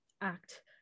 act